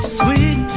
sweet